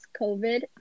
covid